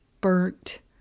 burnt